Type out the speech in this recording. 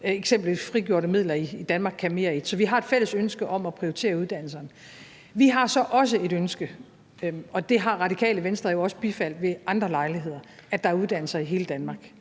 eksempelvis frigjorte midler i »Danmark kan mere I«. Så vi har et fælles ønske om at prioritere uddannelse. Vi har så også et ønske, og det har Radikale Venstre jo også bifaldet ved andre lejligheder, om, at der er uddannelser i hele Danmark,